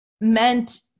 meant